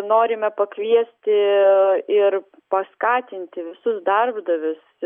norime pakviesti ir paskatinti visus darbdavius